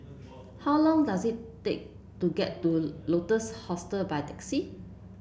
how long does it take to get to Lotus Hostel by taxi